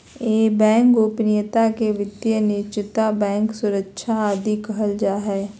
bank गोपनीयता के वित्तीय निजता, बैंक सुरक्षा आदि कहल जा हइ